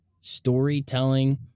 storytelling